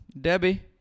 Debbie